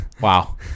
wow